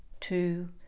two